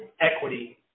equity